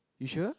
you sure